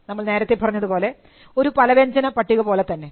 നമ്മൾ നേരത്തെ പറഞ്ഞതുപോലെ ഒരു പലവ്യഞ്ജന പട്ടിക പോലെ തന്നെ